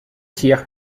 tir